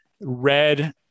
red